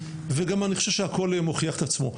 ואני גם חושב שהכל מוכיח את עצמו.